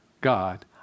God